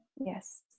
yes